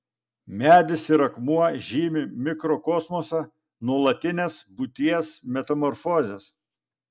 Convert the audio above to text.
medis ir akmuo žymi mikrokosmosą nuolatines būties metamorfozes